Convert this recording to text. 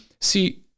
see